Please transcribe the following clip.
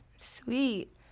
Sweet